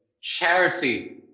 Charity